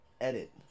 Edit